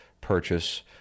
purchase